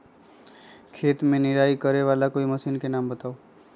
खेत मे निराई करे वाला कोई मशीन के नाम बताऊ?